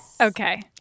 Okay